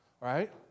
right